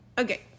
Okay